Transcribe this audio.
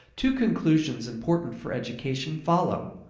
two conclusions important for education follow.